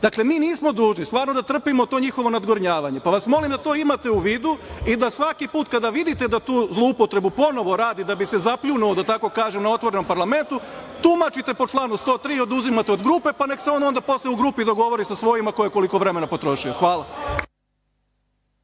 poslanik. Mi nismo dužni stvarno da trpimo to njihovo nadgornjavanje, pa vas molim da to imate u vidu i da svaki put kada vidite da tu zloupotrebu ponovo radi, da bi se zapljunuo, da tako kažem, na otvorenom parlamentu, tumačite po članu 103, oduzimate od grupe, pa nek se on onda posle u grupi dogovori sa svojima ko je koliko vremena potrošio. Hvala.